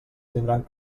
tindran